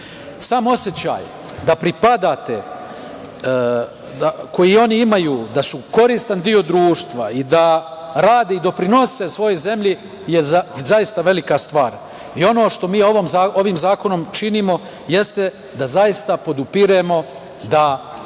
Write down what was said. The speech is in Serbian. osećaj da pripadate, koji oni imaju, da su koristan deo društva i da rade i doprinose svojoj zemlji, je zaista velika stvar. Ono što mi ovim zakonom činimo, jesti da zaista podupiremo da